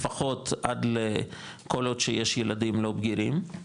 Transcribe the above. לפחות עד לכל עוד שיש ילדים לא בגירים,